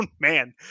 man